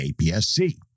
APS-C